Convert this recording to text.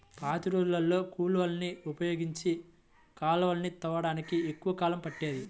పాతరోజుల్లో కూలోళ్ళని ఉపయోగించి కాలవలని తవ్వడానికి ఎక్కువ కాలం పట్టేది